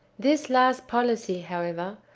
this last policy, however,